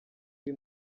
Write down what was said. iri